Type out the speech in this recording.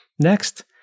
Next